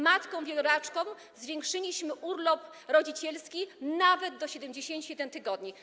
Matkom wieloraczków zwiększyliśmy urlop rodzicielski nawet do 71 tygodni.